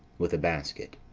with a basket.